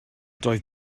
doedd